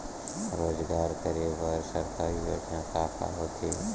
रोजगार करे बर सरकारी योजना का का होथे?